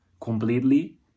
completely